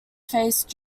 face